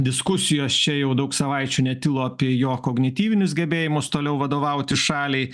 diskusijos čia jau daug savaičių netilo apie jo kognityvinius gebėjimus toliau vadovauti šaliai